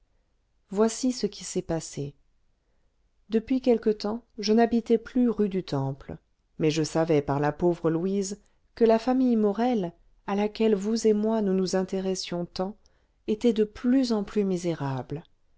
voici ce qui s'est passé depuis quelque temps je n'habitais plus rue du temple mais je savais par la pauvre louise que la famille morel à laquelle vous et moi nous nous intéressions tant était de plus en plus misérable